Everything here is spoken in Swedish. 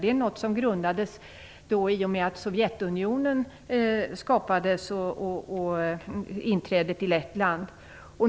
Det var något som grundades i och med att Sovjetunionen skapades och med dess inträde i Lettland.